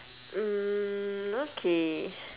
mm okay